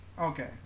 Okay